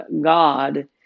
God